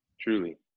truly